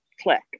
click